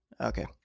Okay